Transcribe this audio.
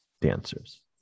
dancers